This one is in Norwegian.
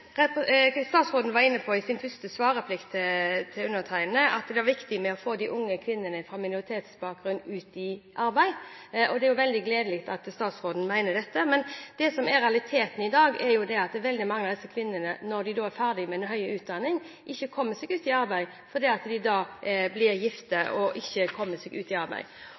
informere statsråden om at Rogaland Fremskrittsparti har to kvinner på topp – uten at de er kvotert. Statsråden var i sin første svarreplikk til undertegnede inne på at det er viktig å få de unge kvinnene med minoritetsbakgrunn ut i arbeid. Det er veldig gledelig at statsråden mener dette. Men det som er realiteten i dag, er at veldig mange av disse kvinnene – når de er ferdig med høyere utdanning – ikke kommer seg ut i arbeid fordi de gifter seg. Et av de tiltakene det